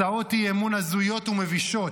הצעות אי-אמון הזויות ומבישות,